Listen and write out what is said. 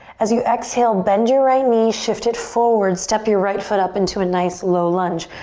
as you exhale, bend your right knee, shift it forward, step your right foot up into a nice low lunge.